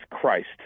Christ